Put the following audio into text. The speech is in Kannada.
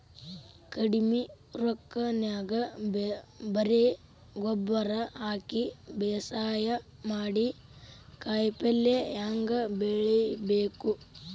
ಕಡಿಮಿ ರೊಕ್ಕನ್ಯಾಗ ಬರೇ ಗೊಬ್ಬರ ಹಾಕಿ ಬೇಸಾಯ ಮಾಡಿ, ಕಾಯಿಪಲ್ಯ ಹ್ಯಾಂಗ್ ಬೆಳಿಬೇಕ್?